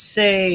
say